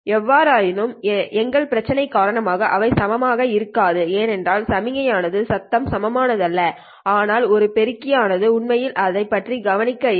எவ்வாறாயினும் எங்கள் பிரச்சினையின் காரணமாக அவை சமமாக இருக்காது ஏனென்றால் சமிக்ஞை ஆனது சத்தம் சமமானதல்ல ஆனால் ஒரு பெருக்கி ஆனது உண்மையில் இதை பற்றி கவனிப்பது இல்லை